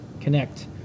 connect